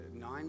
nine